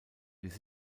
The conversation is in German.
ließ